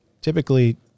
typically